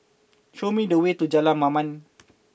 show me the way to Jalan Mamam